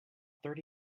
thirty